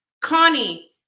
Connie